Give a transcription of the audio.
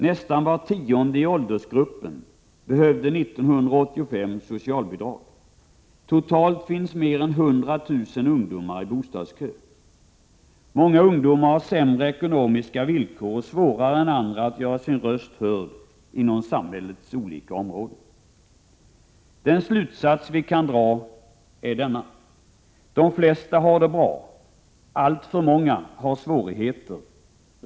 Nästan var tionde i denna åldersgrupp behövde år 1985 socialbidrag. Totalt står mer än hundratusen ungdomar i bostadskön. Många ungdomar har sämre ekonomiska villkor och svårare än andra att göra sin röst hörd på samhällets olika områden. Den slutsats vi kan dra är denna: De flesta har det bra, men alltför många har svårigheter.